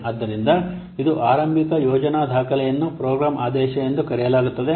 ಆದ್ದರಿಂದ ಇದು ಆರಂಭಿಕ ಯೋಜನಾ ದಾಖಲೆಯನ್ನು ಪ್ರೋಗ್ರಾಂ ಆದೇಶ ಎಂದು ಕರೆಯಲಾಗುತ್ತದೆ